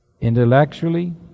Intellectually